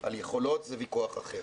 על יכולות, זה ויכוח אחר.